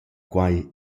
quai